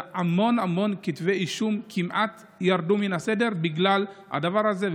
והמון המון כתבי אישום כמעט ירדו מן הסדר בגלל הדבר הזה.